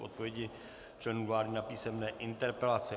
Odpovědi členů vlády na písemné interpelace